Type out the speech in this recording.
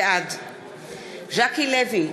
בעד ז'קי לוי,